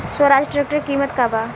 Swaraj tractor के किमत का बा?